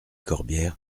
corbière